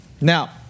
Now